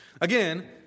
Again